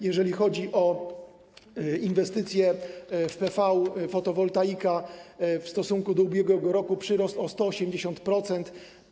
Jeżeli chodzi o inwestycje w PV, fotowoltaikę, w stosunku do ubiegłego roku przyrost wyniósł 180%.